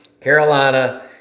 Carolina